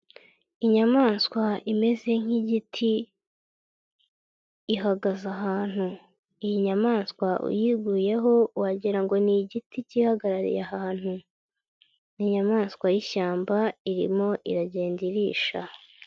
Inyamaswa imeze nk'igiti ihagaze ahantu, iyi nyamaswa uyiguyeho wagira ngo ni igiti kihagarariye ahantu. Ni inyamaswa y'ishyamba irimo iragenda irisha.